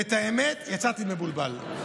והאמת, יצאתי מבולבל.